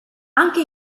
anche